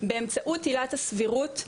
באמצעות עילת הסבירות,